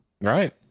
right